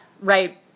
right